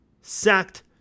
sacked